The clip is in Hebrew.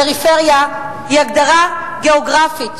פריפריה היא הגדרה גיאוגרפית,